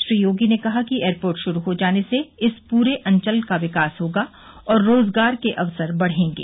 श्री योगी ने कहा कि एयरपोर्ट शुरू हो जाने से इस पूरे अंचल का विकास होगा और रोजगार के अवसर बढ़ेंगे